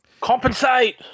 Compensate